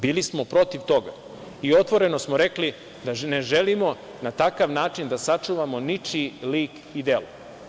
Bili smo protiv toga i otvoreno smo rekli da ne želimo na takav način da sačuvamo ničiji lik i delo.